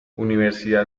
universidad